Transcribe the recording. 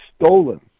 stolen